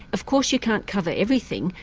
of course you can't cover everything,